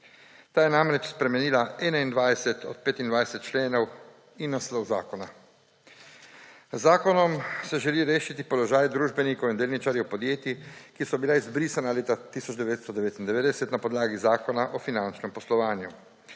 Ta je namreč spremenila 21 od 25 členov in naslov zakona. Z zakonom se želi rešiti položaj družbenikov in delničarjev podjetij, ki so bila izbrisana leta 1999 na podlagi zakona o finančnem poslovanju.